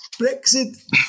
Brexit